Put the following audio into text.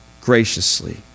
graciously